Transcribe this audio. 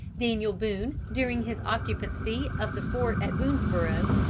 daniel boone, during his occupancy of the fort at boonesborough,